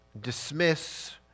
dismiss